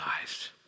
eyes